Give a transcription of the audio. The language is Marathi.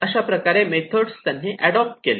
अशा अशाप्रकारे मेथड त्यांनी ऍडॉप्ट केल्या